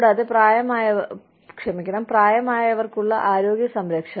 കൂടാതെ പ്രായമായവർക്കുള്ള ആരോഗ്യ സംരക്ഷണം